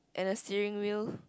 and a steering wheel